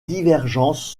divergences